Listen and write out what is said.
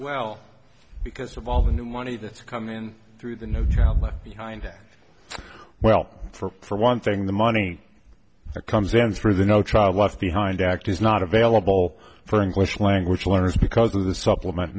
well because of all the new money that's come in through the no child left behind act well for one thing the money comes in through the no child left behind act is not available for english language learners because of the supplement